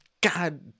God